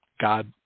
God